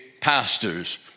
pastors